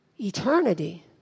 Eternity